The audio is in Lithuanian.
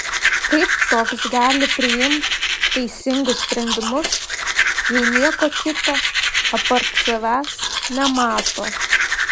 kaip toks gali priimt teisingus sprendimus jei nieko kito apart savęs nemato